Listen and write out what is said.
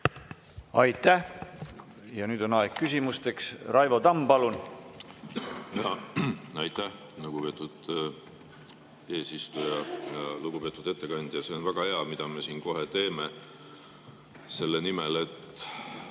Aitäh! Ja nüüd on aeg küsimusteks. Raivo Tamm, palun! Aitäh, lugupeetud eesistuja! Lugupeetud ettekandja! See on väga hea, mida me siin kohe teeme selle nimel, et